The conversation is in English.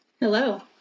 Hello